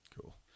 Cool